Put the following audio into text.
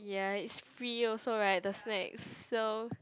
ya is free also right the snack so